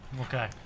Okay